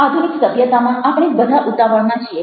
આધુનિક સભ્યતામાં આપણે બધા ઉતાવળમાં છીએ